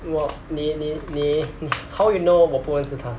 我你你你 how you know 我不认识她